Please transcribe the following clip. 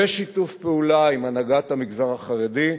בשיתוף פעולה עם הנהגת המגזר החרדי.